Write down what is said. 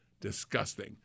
disgusting